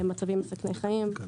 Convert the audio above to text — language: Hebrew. מצבים מסכני חיים.